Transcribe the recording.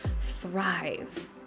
thrive